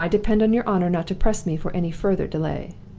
i depend on your honor not to press me for any further delay.